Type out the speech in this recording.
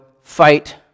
fight